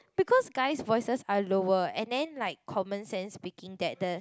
because guys voices are lower and then like common sense speaking that the